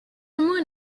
moon